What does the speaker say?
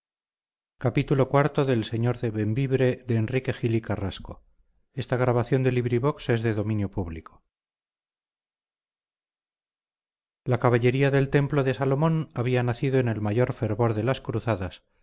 la caballería del templo de salomón había nacido en el mayor fervor de las cruzadas